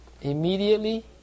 immediately